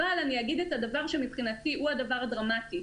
אבל אני אגיד את הדבר שמבחינתי הוא הדבר הדרמטי.